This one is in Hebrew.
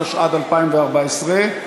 התשע"ד 2014,